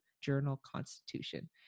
Journal-Constitution